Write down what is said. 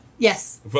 Yes